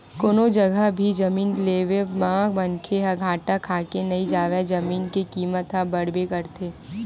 कोनो जघा भी जमीन के लेवब म मनखे ह घाटा खाके नइ जावय जमीन के कीमत ह बड़बे करथे